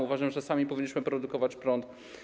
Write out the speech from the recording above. Uważam, że sami powinniśmy produkować prąd.